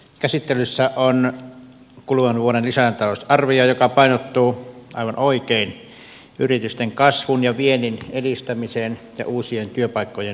käsittelyssä on kuluvan vuoden lisätalousarvio joka painottuu aivan oikein yritysten kasvun ja viennin edistämiseen ja uusien työpaikkojen luomiseen